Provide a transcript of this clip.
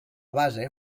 base